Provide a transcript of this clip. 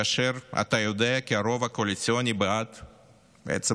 כאשר אתה יודע כי הרוב הקואליציוני בעד מובטח,